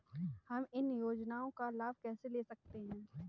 हम इन योजनाओं का लाभ कैसे ले सकते हैं?